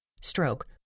stroke